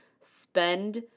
spend